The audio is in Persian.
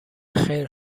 خیر